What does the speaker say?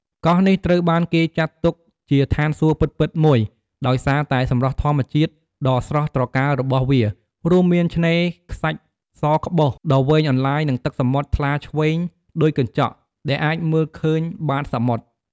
កោះនេះត្រូវបានគេចាត់ទុកជាឋានសួគ៌ពិតៗមួយ ដោយសារតែសម្រស់ធម្មជាតិដ៏ស្រស់ត្រកាលរបស់វា រួមមានឆ្នេរខ្សាច់សក្បុសដ៏វែងអន្លាយ និងទឹកសមុទ្រថ្លាឈ្វេងដូចកញ្ចក់ ដែលអាចមើលឃើញបាតសមុទ្រ។